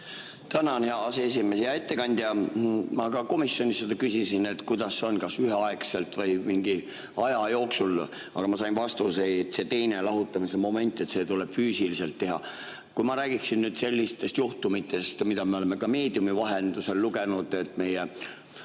Tänan, hea aseesimees! Hea ettekandja! Ma komisjonis küsisin, et kuidas on, kas üheaegselt või mingi aja jooksul, aga ma sain vastuse, et see teine, lahutamise moment, et see tuleb füüsiliselt teha. Ma räägiksin sellistest juhtumitest, mida me oleme ka meediumi vahendusel lugenud, et meie